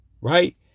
right